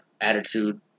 attitude